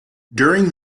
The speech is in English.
during